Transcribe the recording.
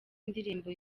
ndirimbo